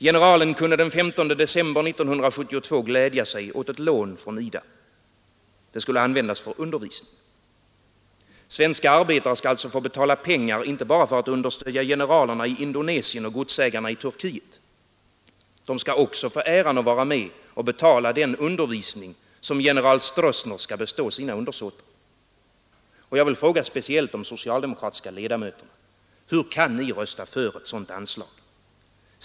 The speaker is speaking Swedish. Generalen kunde den 15 december 1972 glädja sig åt ett lån från IDA. Det skulle användas för undervisning. Svenska arbetare skall alltså få betala pengar inte bara för att understödja generalerna i Indonesien och godsägarna i Turkiet. De skall också få äran att vara med och betala den undervisning general Stroessner består sina undersåtar. Jag vill fråga speciellt de socialdemokratiska ledamöterna: Hur kan ni rösta för ett sådant anslag?